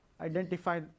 identify